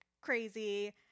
crazy